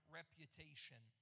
reputation